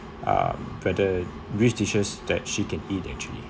uh for the which dishes that she can eat actually